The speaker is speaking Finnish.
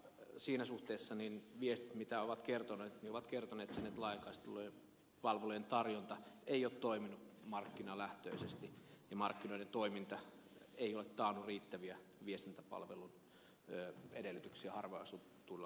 siinä suhteessa viestit mitä on kerrottu ovat kertoneet siitä että laajakaistapalvelujen tarjonta ei ole toiminut markkinalähtöisesti ja markkinoiden toiminta ei ole taannut riittäviä viestintäpalvelujen edellytyksiä harvaanasutuilla alueilla